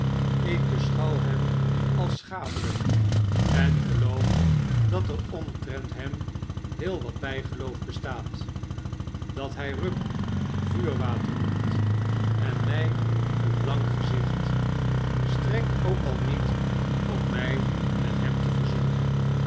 ik beschouw hem als schadelijk en geloof dat er omtrent hem heel wat bijgeloof bestaat dat hij rum vuurwater noemt en mij een blank gezicht strekt ook al niet om mij met hem te verzoenen